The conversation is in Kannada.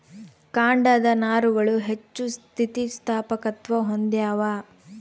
ಕಾಂಡದ ನಾರುಗಳು ಹೆಚ್ಚು ಸ್ಥಿತಿಸ್ಥಾಪಕತ್ವ ಹೊಂದ್ಯಾವ